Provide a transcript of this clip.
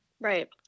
Right